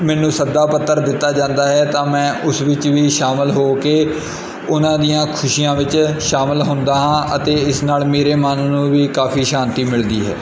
ਮੈਨੂੰ ਸੱਦਾ ਪੱਤਰ ਦਿੱਤਾ ਜਾਂਦਾ ਹੈ ਤਾਂ ਮੈਂ ਉਸ ਵਿੱਚ ਵੀ ਸ਼ਾਮਿਲ ਹੋ ਕੇ ਉਹਨਾਂ ਦੀਆਂ ਖੁਸ਼ੀਆਂ ਵਿੱਚ ਸ਼ਾਮਿਲ ਹੁੰਦਾ ਹਾਂ ਅਤੇ ਇਸ ਨਾਲ ਮੇਰੇ ਮਨ ਨੂੰ ਵੀ ਕਾਫੀ ਸ਼ਾਂਤੀ ਮਿਲਦੀ ਹੈ